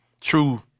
true